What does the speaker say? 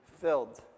filled